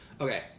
Okay